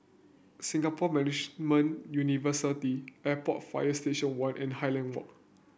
Singapore Management University Airport Fire Station One and Highland Walk